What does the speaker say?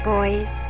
Boys